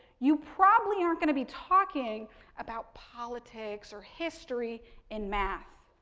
you probably aren't going to be talking about politics or history in math.